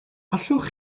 allwch